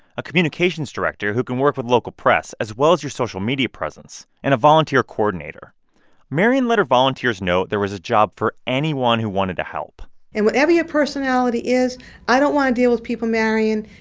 a communications director who can work with local press as well as your social media presence, and a volunteer coordinator marian let her volunteers know there was a job for anyone who wanted to help and whatever your personality is i don't want to deal with people, marian,